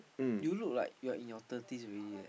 you look like you're in your thirties already leh